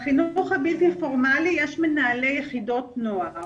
בחינוך הבלתי פורמלי יש מנהלי יחידות נוער.